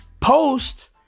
post